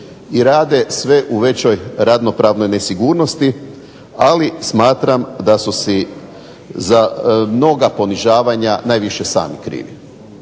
i rade u sve većoj radno pravnoj nesigurnosti, ali smatram da su si za mnoga ponižavanja najviše sami krivi.